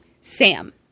Sam